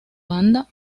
banda